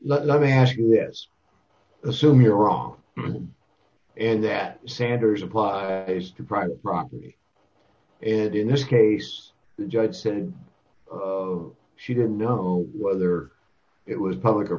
let me ask you this assume you're wrong and that sanders apply to private property and in this case the judge said she didn't know whether it was public or